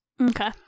Okay